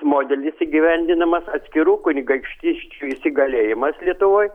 modelis įgyvendinamas atskirų kunigaikštysčių įsigalėjimas lietuvoj